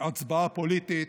הצבעה פוליטית,